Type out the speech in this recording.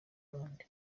gandhi